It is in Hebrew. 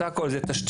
בסך הכול זה תשתיות.